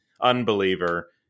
unbeliever